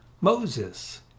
Moses